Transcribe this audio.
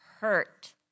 hurt